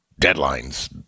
deadlines